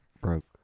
broke